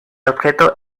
objeto